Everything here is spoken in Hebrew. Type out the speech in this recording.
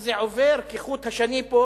וזה עובר כחוט השני פה,